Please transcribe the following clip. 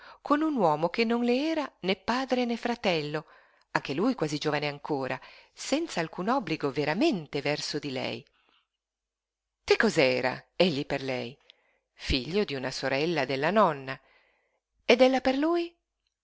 con un uomo che non le era né padre né fratello anche lui quasi giovane ancora senz'alcun obbligo veramente verso di lei che cosa era egli per lei figlio d'una sorella della nonna ed ella per lui